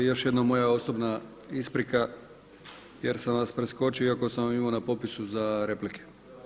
Još jednom moja osobna isprika jer sam vas preskočio, iako sam imao na popisu za replike.